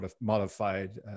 modified